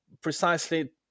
precisely